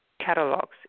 catalogs